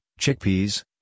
chickpeas